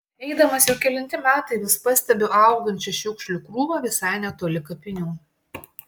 eidamas jau kelinti metai vis pastebiu augančią šiukšlių krūvą visai netoli kapinių